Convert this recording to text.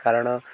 କାରଣ